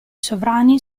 sovrani